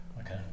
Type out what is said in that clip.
Okay